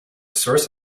source